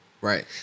Right